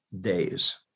days